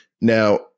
now